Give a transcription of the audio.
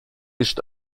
ist